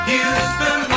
Houston